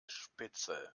spitze